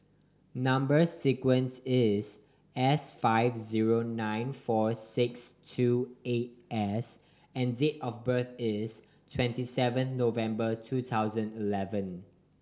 number sequence is S five zero nine four six two eight S and date of birth is twenty seven November two thousand eleven